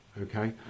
okay